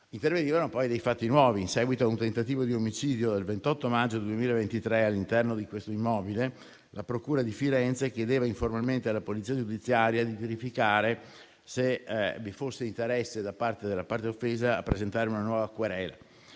Intervenivano poi dei fatti nuovi. In seguito a un tentativo di omicidio del 28 maggio 2023 all'interno di questo immobile, la procura di Firenze chiedeva informalmente alla Polizia giudiziaria di verificare se vi fosse interesse da parte della parte offesa a presentare una nuova querela.